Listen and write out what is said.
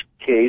case